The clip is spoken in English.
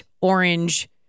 orange